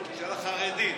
של החרדים?